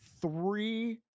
three